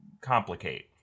complicate